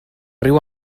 riu